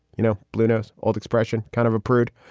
you know, bluenose, old expression, kind of a prude.